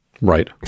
Right